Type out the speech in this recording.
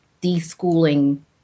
de-schooling